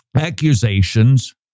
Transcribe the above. accusations